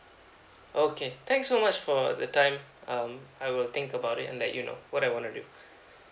okay thanks so much for the time um I will think about it and let you know what I want to do